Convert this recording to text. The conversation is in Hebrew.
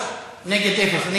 בעד, 3, נגד, אין.